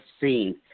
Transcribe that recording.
seen